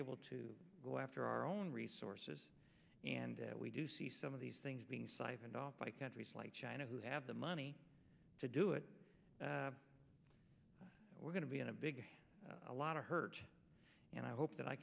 unable to go after our own resources and we do see some of these things being siphoned off by countries like china who have the money to do it we're going to be in a big a lot of hurt and i hope that i